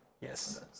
Yes